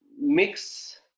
mix